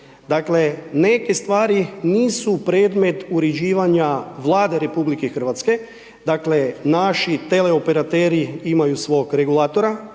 dakle, neke stvari nisu predmet uređivanja Vlade RH, dakle, naši teleoperateri imaju svog regulatora,